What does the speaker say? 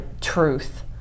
truth